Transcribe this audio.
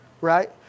right